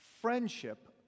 friendship